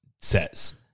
says